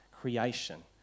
creation